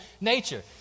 nature